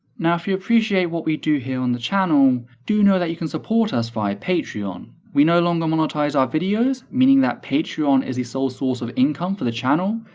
now if you appreciate what we do here on the channel, do know that you can support us via patreon. we no longer monetise our videos, meaning that patreon is the sole source of income for the channel,